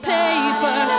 paper